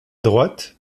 droite